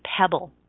pebble